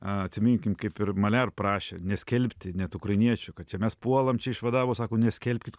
atsiminkim kaip ir mane ir prašė neskelbti net ukrainiečių kad čia mes puolam čia išvadavo sako neskelbkit